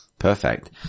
Perfect